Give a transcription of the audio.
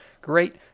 great